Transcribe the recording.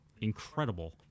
incredible